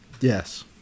Yes